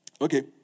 Okay